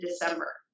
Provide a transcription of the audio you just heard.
December